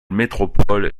métropole